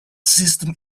system